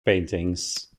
paintings